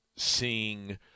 seeing